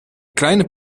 kleine